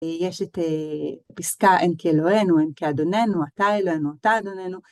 יש את הפסקה אין כאלוהינו, אין כאדוננו, אתה אלוהינו, אתה אדוננו.